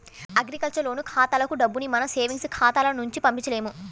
agriculture loan ఖాతాలకు డబ్బుని మన సేవింగ్స్ ఖాతాల నుంచి పంపించలేము